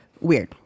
weird